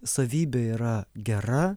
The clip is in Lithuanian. savybė yra gera